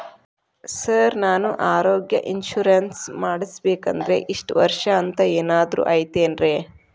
Sir ನಾನು ಆರೋಗ್ಯ insurance ಮಾಡಿಸ್ಬೇಕಂದ್ರೆ ಇಷ್ಟ ವರ್ಷ ಅಂಥ ಏನಾದ್ರು ಐತೇನ್ರೇ?